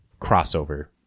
crossover